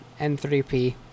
N3P